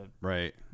Right